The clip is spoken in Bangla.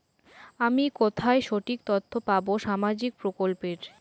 আমি কোথায় সঠিক তথ্য পাবো সামাজিক প্রকল্পের?